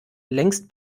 längst